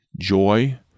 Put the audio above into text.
Joy